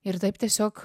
ir taip tiesiog